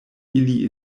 ili